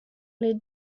les